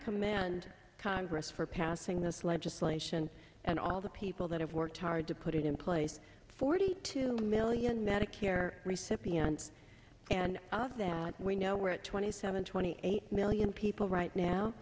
command congress for passing this legislation and all the people that have worked hard to put it in place forty two million medicare recipients and of that we know where it twenty seven twenty eight million people right now